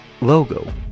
Logo